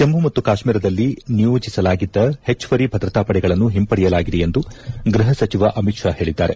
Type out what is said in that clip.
ಜಮ್ಮ ಮತ್ತು ಕಾಶ್ಮೀರದಲ್ಲಿ ನಿಯೋಜಿಸಲಾಗಿದ್ದ ಹೆಚ್ಚುವರಿ ಭದ್ರತಾ ಪಡೆಗಳನ್ನು ಹಿಂಪಡೆಯಲಾಗಿದೆ ಎಂದು ಗೃಹ ಸಚಿವ ಅಮಿತ್ ಶಾ ಹೇಳಿದ್ದಾರೆ